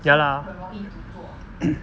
ya lah